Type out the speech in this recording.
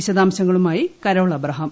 വിശദാംശങ്ങളുമായി Carol Abraham